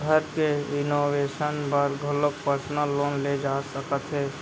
घर के रिनोवेसन बर घलोक परसनल लोन ले जा सकत हे